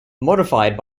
modified